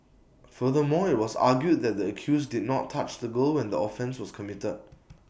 furthermore IT was argued that the accused did not touch the girl when the offence was committed